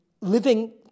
living